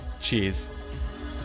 cheers